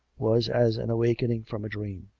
was as an awaking from a dream.